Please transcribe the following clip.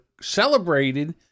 celebrated